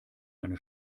eine